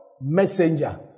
messenger